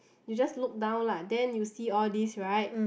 you just look down lah then you see all these right